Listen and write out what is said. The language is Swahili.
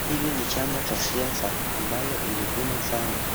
Hili ni chama cha siasa ambalo ilivuma sana